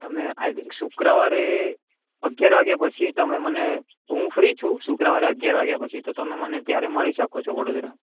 તમે I think શુક્રવારે અગ્યાર વાગ્યા પછી તમે મને હું ફ્રી છું શુક્રવારે અગ્યાર વાગ્યા પછી તો તમે મને ત્યારે મળી શકો છો વડોદરા